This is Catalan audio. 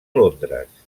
londres